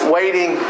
Waiting